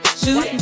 shoot